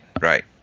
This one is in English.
right